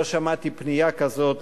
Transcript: לא שמעתי פנייה כזו,